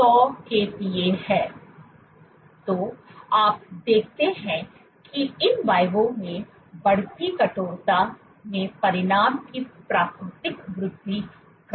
तो आप देखते हैं कि in vivoमें बढ़ती कठोरता में परिमाण की प्राकृतिक वृद्धि क्रम है